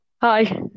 Hi